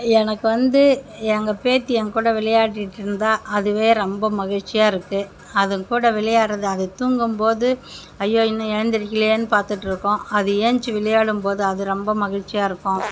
எனக்கு வந்து எங்கள் பேத்தி என் கூட விளையாடிட்டு இருந்தால் அதுவே ரொம்ப மகிழ்ச்சியாக இருக்கு அதன் கூட விளையாடுறது அது தூங்கும் போது ஐயோ இன்னும் எழுந்திரிக்கிலையேனு பார்த்துட்டு இருக்கோம் அது ஏன்ச்சு விளையாடும் போது அது ரொம்ப மகிழ்ச்சியாக இருக்கும்